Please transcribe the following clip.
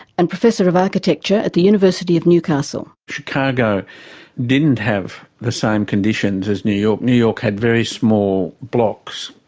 and professor of architecture at the university of newcastle. chicago didn't have the same conditions as new york. new york had very small blocks,